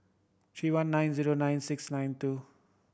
three one nine zero nine six nine two